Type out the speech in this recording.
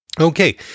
Okay